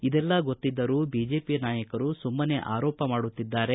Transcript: ಇದೆಲ್ಲಾ ಗೊತ್ತಿದ್ದರೂ ಬಿಜೆಪಿ ನಾಯಕರು ಸುಮ್ನನೆ ಆರೋಪ ಮಾಡುತ್ತಿದ್ದಾರೆ